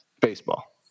baseball